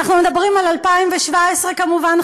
ואנחנו מדברים על 2017 כמובן.